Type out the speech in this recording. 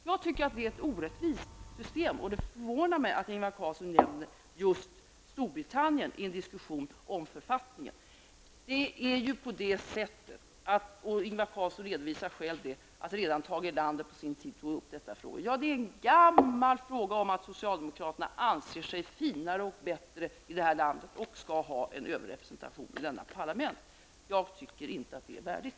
Jag tycker att det är ett orättvist system, och det förvånar mig att Ingvar Carlsson nämner just Storbritannien i en diskussion om författningen. Ingvar Carlsson redovisar själv att redan Tage Erlander på sin tid tog upp dessa frågor. Ja, det är en gammal fråga om att socialdemokraterna anser sig finare och bättre i det här landet och skall ha överrepresentation i parlamentet. Jag tycker inte att det är värdigt.